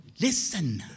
Listen